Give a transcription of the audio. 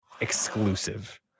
exclusive